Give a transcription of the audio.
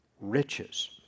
riches